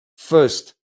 First